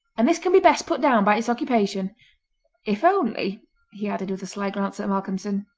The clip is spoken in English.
and this can be best put down by its occupation if only he added with a sly glance at malcolmson,